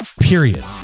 period